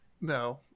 No